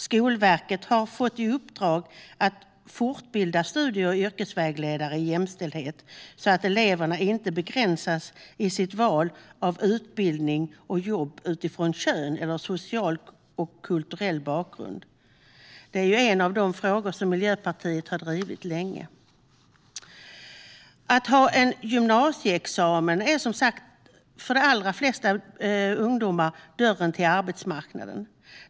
Skolverket har fått i uppdrag att fortbilda studie och yrkesvägledare i jämställdhet, så att eleverna inte begränsas i sitt val av utbildning och jobb utifrån kön eller social och kulturell bakgrund. Det är ju en av de frågor som Miljöpartiet har drivit länge. Att ha en gymnasieexamen är, som sagt, för de allra flesta ungdomar dörren till arbetsmarknaden.